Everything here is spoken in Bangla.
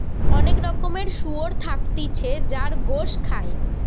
অনেক রকমের শুয়োর থাকতিছে যার গোস খায়